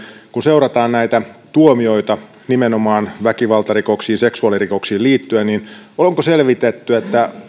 kun seurataan tuomioita nimenomaan väkivaltarikoksiin ja seksuaalirikoksiin liittyen niin onko selvitetty